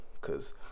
Cause